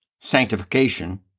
Sanctification